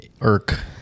irk